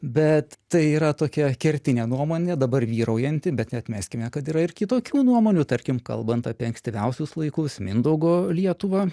bet tai yra tokia kertinė nuomonė dabar vyraujanti bet neatmeskime kad yra ir kitokių nuomonių tarkim kalbant apie ankstyviausius laikus mindaugo lietuvą